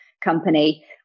company